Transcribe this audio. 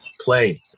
Play